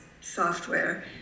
software